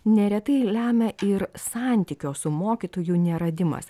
neretai lemia ir santykio su mokytoju neradimas